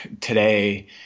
today